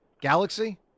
Galaxy